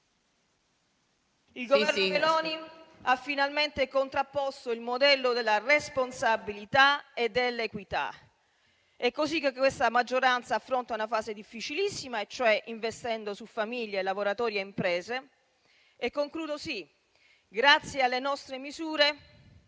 il Governo Meloni ha finalmente contrapposto il modello della responsabilità e dell'equità. È così che questa maggioranza affronta una fase difficilissima: investendo su famiglie, lavoratori e imprese. Grazie alle nostre misure,